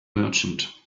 merchant